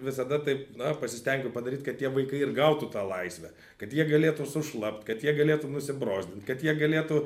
visada taip na pasistengiu padaryt kad tie vaikai ir gautų tą laisvę kad jie galėtų sušlapt kad jie galėtų nusibrozdint kad jie galėtų